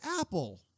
apple